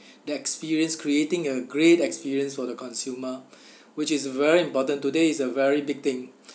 the experience creating a great experience for the consumer which is very important today is a very big thing